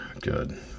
Good